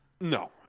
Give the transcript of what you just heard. No